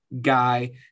guy